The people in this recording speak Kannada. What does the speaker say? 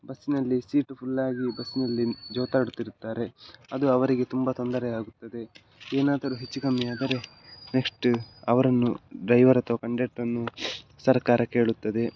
ಬಸ್ಸಿನಲ್ಲಿ ಸೀಟ್ ಫುಲ್ಲಾಗಿಯೂ ಬಸ್ಸಿನಲ್ಲಿ ಜೋತಾಡುತ್ತಿರುತ್ತಾರೆ ಅದು ಅವರಿಗೆ ತುಂಬ ತೊಂದರೆಯಾಗುತ್ತದೆ ಏನಾದರೂ ಹೆಚ್ಚು ಕಮ್ಮಿ ಆದರೆ ನೆಕ್ಷ್ಟ್ ಅವರನ್ನು ಡ್ರೈವರ್ ಅಥವಾ ಕಂಡಕ್ಟರನ್ನು ಸರಕಾರ ಕೇಳುತ್ತದೆ